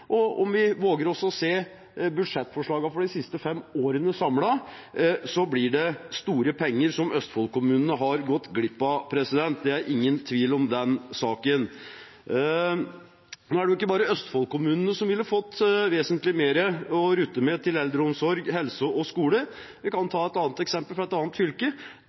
regjeringen. Om vi våger å se på budsjettforslagene for de siste fem årene samlet, ser vi at det blir store penger Østfold-kommunene har gått glipp av. Det er ingen tvil om den saken. Det er ikke bare Østfold-kommunene som ville fått vesentlig mer å rutte med til eldreomsorg, helse og skole. Vi kan ta et annet eksempel fra et annet fylke: